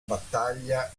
battaglia